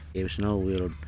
there's no will,